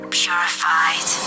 purified